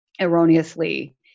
erroneously